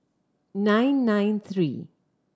nine nine three